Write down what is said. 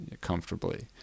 comfortably